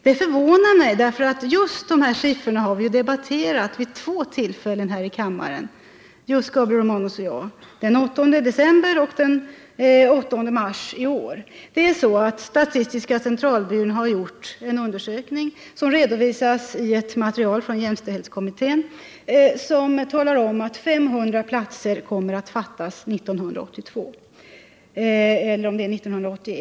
Det förvånar mig, därför att just dessa siffror har Gabriel Romanus och jag debatterat vid två tillfällen här i kammaren, den 8 december förra året och den 8 mars i år. Statistiska centralbyrån har gjort en undersökning, vilken redovisas i ett material från jämställdhetskommittén. Av denna undersökning framgår det att det kommer att fattas 500 000 barnomsorgsplatser 1981 eller möjligen 1982.